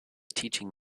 teaching